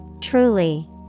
Truly